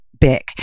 big